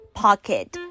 pocket，